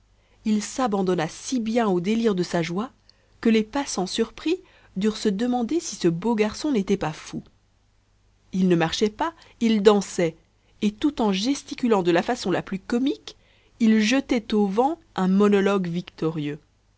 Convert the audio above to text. il s'abandonna si bien au délire de sa joie que les passants surpris durent se demander si ce beau garçon n'était pas fou il ne marchait pas il dansait et tout en gesticulant de la façon la plus comique il jetait au vent un monologue victorieux